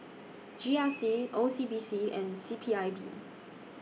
G R C O C B C and C P I B